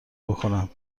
بکنم